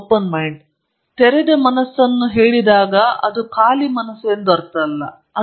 ನಾನು ತೆರೆದ ಮನಸ್ಸನ್ನು ಹೇಳಿದಾಗ ನಾನು 39ಖಾಲಿ ಮನಸ್ಸು ಎಂದಲ್ಲ